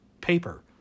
paper